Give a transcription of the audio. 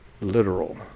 literal